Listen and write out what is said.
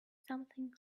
something